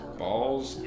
balls